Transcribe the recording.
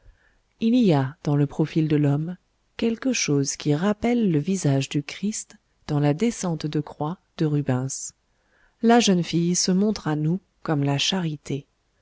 il y a dans le profil de l'homme quelque chose qui rappelle le visage du christ dans la descente de croix de rubens la jeune fille se montre à nous comme la charité